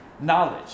Knowledge